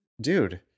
dude